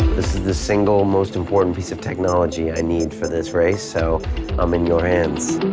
this is the single most important piece of technology i need for this race so i'm in your hands.